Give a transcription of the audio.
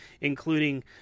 including